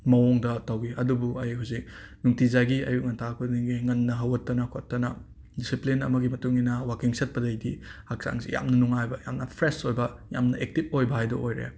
ꯃꯑꯣꯡꯗ ꯇꯧꯋꯤ ꯑꯗꯨꯕꯨ ꯑꯩ ꯍꯧꯖꯤꯛ ꯅꯨꯡꯇꯤꯖꯥꯏꯒꯤ ꯑꯌꯨꯛ ꯉꯟꯇꯥ ꯈꯨꯗꯤꯡꯒꯤ ꯉꯟꯅ ꯍꯧꯒꯠꯇꯅ ꯈꯣꯠꯇꯅ ꯗꯤꯁꯤꯄ꯭ꯂꯤꯟ ꯑꯃꯒꯤ ꯃꯇꯨꯡ ꯏꯟꯅ ꯋꯥꯀꯤꯡ ꯆꯠꯄꯗꯒꯤꯗꯤ ꯍꯛꯆꯥꯡꯁꯦ ꯌꯥꯝꯅ ꯅꯨꯡꯉꯥꯏꯕ ꯌꯥꯝꯅ ꯐ꯭ꯔꯦꯁ ꯑꯣꯏꯕ ꯌꯥꯝꯅ ꯑꯦꯛꯇꯤꯞ ꯑꯣꯏꯕ ꯍꯥꯏꯗꯣ ꯑꯣꯏꯔꯦ